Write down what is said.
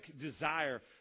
desire